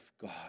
God